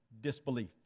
disbelief